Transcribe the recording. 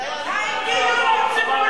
מה עם הדיור הציבורי?